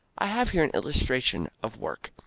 i have here an illustration of work.